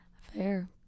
Fair